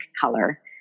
color